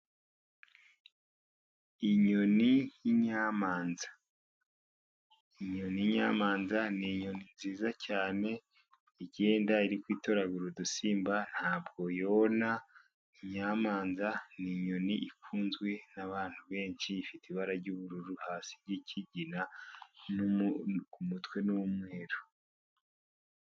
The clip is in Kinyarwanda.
Inyoni y'inyamanza. Inyoni y'inyamanza ni inyoni nziza cyane, igenda iri kwitoragurira udusimba, ntabwo yona. Inyamanza ni inyoni ikunzwe n'abantu benshi, ifite ibara ry'ubururu, hasi ry'ikigina ku mutwe ni umweru.